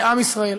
לעם ישראל,